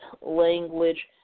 language